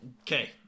Okay